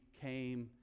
came